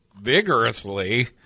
vigorously